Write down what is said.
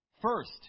first